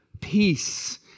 peace